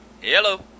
Hello